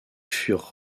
furent